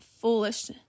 foolish